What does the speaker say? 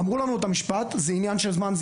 אמרו לנו את המשפט זה עניין של זמן,